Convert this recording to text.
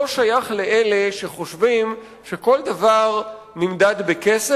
אני לא שייך לאלה שחושבים שכל דבר נמדד בכסף